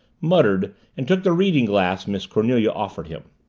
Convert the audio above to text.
muttered, and took the reading glass miss cornelia offered him.